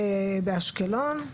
יסודי באשקלון.